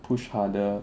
push harder